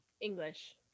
English